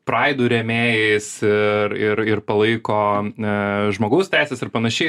praidų remėjais ir ir ir palaiko e žmogaus teises ir panašiai